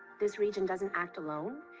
this region doesn't act alone,